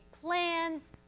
plans